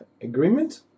agreement